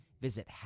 Visit